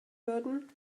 würden